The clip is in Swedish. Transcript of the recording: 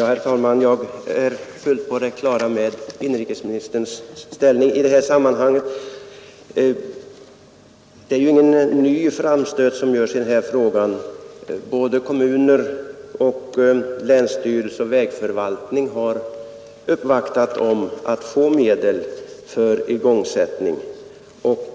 Herr talman! Jag är fullt på det klara med inrikesministerns ställning i det här sammanhanget. Det är emellertid ingen ny framstöt som görs i frågan. Kommuner och länsstyrelse och vägförvaltning har uppvaktat om att få medel för igångsättning,